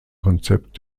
konzept